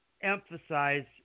emphasize